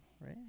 right